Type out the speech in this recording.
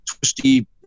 twisty